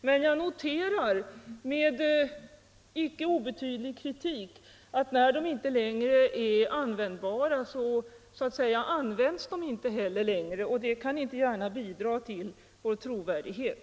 Men jag noterar med icke obetydlig kritik att när skälen inte längre är användbara, så åberopas de inte längre. Detta kan inte gärna bidra till vår trovärdighet.